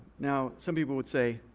now some people would say,